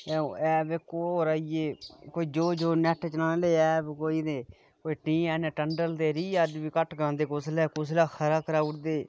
app इक होर आई ऐ कोई जो नेट चलाने लेई ऐप तें कोई टन्डन ते रिर्चाज बी घट्ट करांदे कुसलै कुसलै खरा कराई ओड़दे